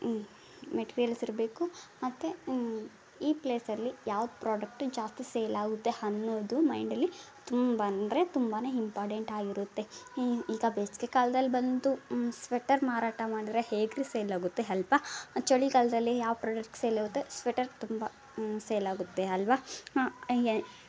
materials ಇರಬೇಕು ಮತ್ತು ಈ ಪ್ಲೇಸಲ್ಲಿ ಯಾವ್ದು ಪ್ರೋಡಕ್ಟು ಜಾಸ್ತಿ ಸೇಲ್ ಆಗುತ್ತೆ ಅನ್ನೋದು ಮೈಂಡಲ್ಲಿ ತುಂಬ ಅಂದರೆ ತುಂಬಾ ಹಿಂಪಾರ್ಟೆಂಟ್ ಆಗಿರುತ್ತೆ ಈಗ ಬೇಸಿಗೆ ಕಾಲ್ದಲ್ಲಿ ಬಂತು ಸ್ವೆಟರ್ ಮಾರಾಟ ಮಾಡಿದ್ರೆ ಹೇಗೆ ರಿ ಸೇಲಾಗುತ್ತೆ ಅಲ್ವಾ ಚಳಿಗಾಲದಲ್ಲಿ ಯಾವ ಪ್ರೊಡಕ್ಟ್ ಸೇಲಾಗುತ್ತೆ ಸ್ವೆಟರ್ ತುಂಬ ಸೇಲಾಗುತ್ತೆ ಅಲ್ಲವಾ ಹಾಂ